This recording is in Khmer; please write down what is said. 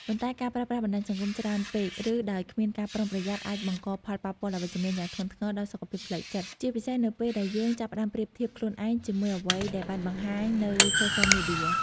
ប៉ុន្តែ ការប្រើប្រាស់បណ្ដាញសង្គមច្រើនពេក ឬដោយគ្មានការប្រុងប្រយ័ត្នអាចបង្កផលប៉ះពាល់អវិជ្ជមានយ៉ាងធ្ងន់ធ្ងរដល់សុខភាពផ្លូវចិត្ត ជាពិសេសនៅពេលដែលយើងចាប់ផ្ដើមប្រៀបធៀបខ្លួនឯងជាមួយអ្វីដែលបានបង្ហាញនៅសូសលមេឌៀ។